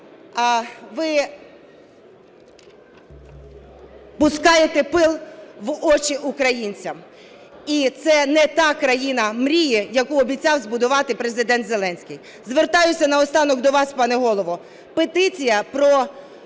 Ви пускаєте пил в очі українцям, і це не та країна мрії, яку обіцяв збудувати Президент Зеленський. Звертаюся наостанок до вас, пане Голово. Петиція про